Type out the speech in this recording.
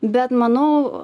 bet manau